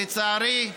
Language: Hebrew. לצערי,